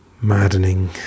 maddening